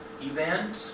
event